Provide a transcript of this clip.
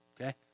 Okay